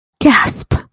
Gasp